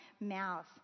mouth